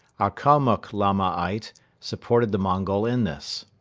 our kalmuck lamaite supported the mongol in this.